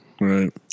Right